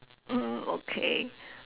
mm okay